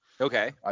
Okay